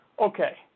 Okay